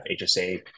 HSA